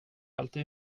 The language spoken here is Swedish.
alltid